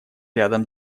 рядом